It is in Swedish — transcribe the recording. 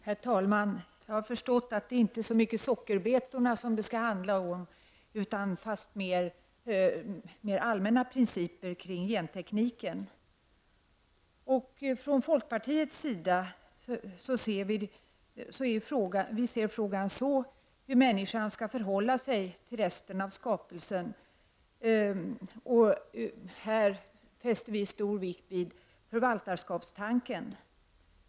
Herr talman! Jag har förstått att denna diskussion inte skall handla så mycket om sockerbetor i sig, utan mera om allmänna principer kring gentekniken. Från folkpartiets sida är frågan hur människan skall förhålla sig i förhållande till resten av skapelsen. Vi fäster i detta avseende stor vikt vid förvaltarskapstanken.